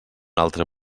altre